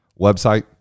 website